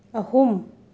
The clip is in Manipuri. ꯑꯍꯨꯝ